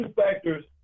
factors